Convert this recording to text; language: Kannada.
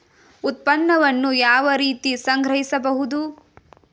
ಉತ್ಪನ್ನವನ್ನು ಯಾವ ರೀತಿ ಸಂಗ್ರಹಿಸಬಹುದು?